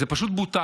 זה שזה פשוט בוטל.